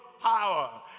power